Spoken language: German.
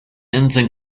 inseln